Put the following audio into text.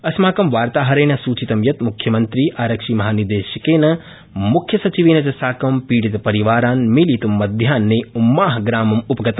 अस्माक वार्ताहरेण सूचित यत् मुख्यमंत्री आरक्षिमहानिदेशकेन मुख्यसचिवेन च साक पीडितपरिवारान् मेलित् मध्याह्रे उम्माहग्रामम् उपगत